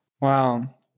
Wow